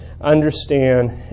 understand